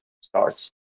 starts